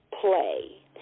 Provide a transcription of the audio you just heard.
play